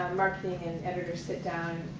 marketing and editors sit down